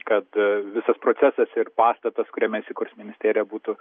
kad visas procesas ir pastatas kuriame įsikurs ministerija būtų